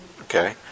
Okay